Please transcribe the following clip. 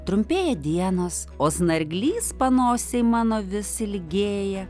trumpėja dienos o snarglys panosėj mano vis ilgėja